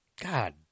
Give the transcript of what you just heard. God